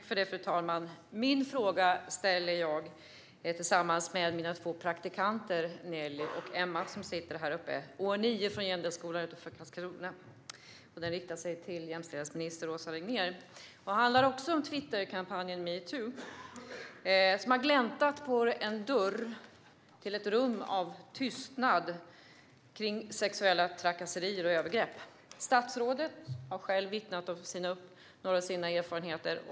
Fru talman! Min fråga ställer jag tillsammans med mina två praktikanter Nelly och Emma som sitter på åhörarläktaren. De går i årskurs 9 på Jändelskolan utanför Karlskrona. Frågan riktar sig till jämställdhetsminister Åsa Regnér. Också den här frågan handlar om Twitterkampanjen metoo. Den har gläntat på en dörr till ett rum av tystnad kring sexuella trakasserier och övergrepp. Statsrådet har själv vittnat om några av sina erfarenheter.